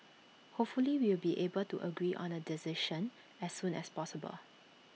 hopefully we'll be able to agree on A decision as soon as possible